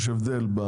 יש הבדל.